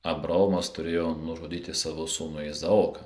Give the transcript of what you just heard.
abraomas turėjo nužudyti savo sūnų izaoką